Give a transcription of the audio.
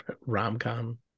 Rom-com